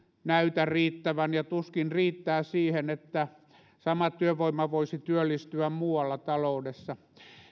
näytä riittävän ja tuskin riittää siihen että sama työvoima voisi työllistyä muualla taloudessa